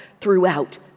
throughout